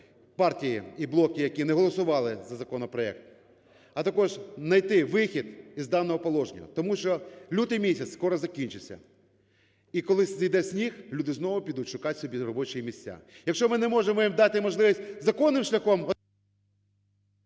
партії і блоки, які не голосували за законопроект, а також знайти вихід із даного положення. Тому що лютий місяць скоро закінчиться, і коли зійде сніг, люди знову підуть шукать собі робочі місця. Якщо ми не можемо їм дати можливість законним шляхом...